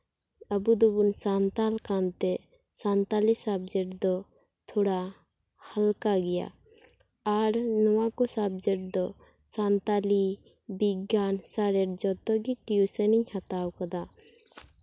ᱟᱵᱚ ᱫᱚᱵᱚᱱ ᱥᱟᱱᱛᱟᱲ ᱠᱟᱱ ᱛᱮ ᱥᱟᱱᱛᱟᱲᱤ ᱥᱟᱵᱡᱮᱠᱴ ᱫᱚ ᱛᱷᱚᱲᱟ ᱦᱟᱞᱠᱟ ᱜᱮᱭᱟ ᱟᱨ ᱱᱚᱣᱟ ᱠᱚ ᱥᱟᱵᱡᱮᱠᱴ ᱫᱚ ᱥᱟᱱᱛᱟᱲᱤ ᱵᱤᱜᱽᱜᱟᱱ ᱥᱟᱬᱮᱥ ᱡᱚᱛᱚ ᱜᱮ ᱴᱤᱭᱩᱥᱮᱱ ᱤᱧ ᱦᱟᱛᱟᱣ ᱠᱟᱫᱟ